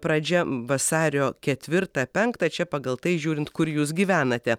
pradžia vasario ketvirtą penktą čia pagal tai žiūrint kur jūs gyvenate